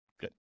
Good